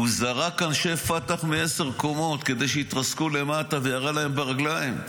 הוא זרק אנשי פת"ח מעשר קומות כדי שיתרסקו למטה וירה להם ברגליים.